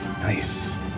Nice